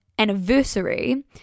anniversary